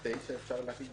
אולי אפשר תקנות